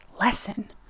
lesson